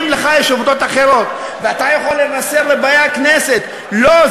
אם לך יש עובדות אחרות ואתה יכול לבשר לבאי הכנסת: לא,